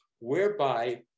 whereby